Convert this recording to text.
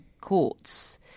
courts